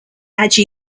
age